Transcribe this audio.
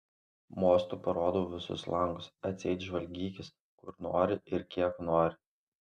mostu parodau visus langus atseit žvalgykis kur nori ir kiek nori